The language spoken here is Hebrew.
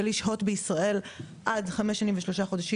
ולשהות בישראל עד חמש שנים ושלושה חודשים